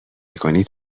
میکنی